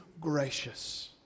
gracious